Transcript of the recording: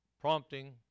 prompting